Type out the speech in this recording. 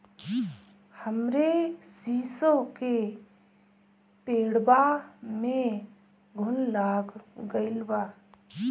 हमरे शीसो के पेड़वा में घुन लाग गइल बा